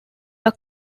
are